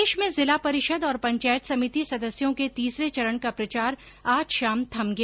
प्रदेश में जिला परिषद और पंचायत समिति सदस्यों के तीसरे चरण का प्रचार आज शाम थम गया